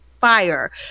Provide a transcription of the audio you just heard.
fire